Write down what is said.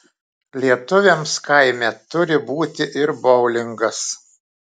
lietuviams kaime turi būti ir boulingas